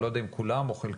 אני לא יודע אם כולם או חלקם,